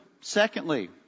Secondly